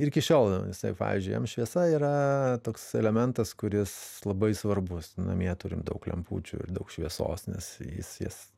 ir iki šiol jisai pavyzdžiui jam šviesa yra toks elementas kuris labai svarbus namie turim daug lempučių ir daug šviesos nes jis jis